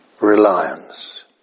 reliance